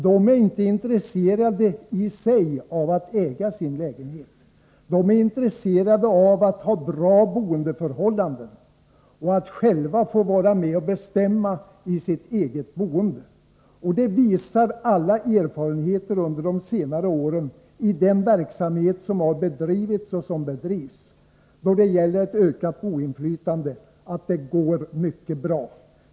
De är inte i sig intresserade av att äga sin lägenhet, utan av att ha bra boendeförhållanden och att själva få vara med och bestämma i sitt eget boende. Alla erfarenheter under senare år visar att det går mycket bra i den verksamhet som har bedrivits och som bedrivs då det gäller ett ökat boendeinflytande.